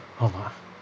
!alah!